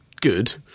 good